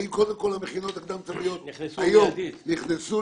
האם המכינות הקדם צבאיות היום נכנסו